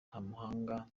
ntamuhanga